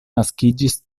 naskiĝis